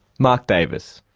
mark davis.